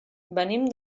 venim